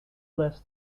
less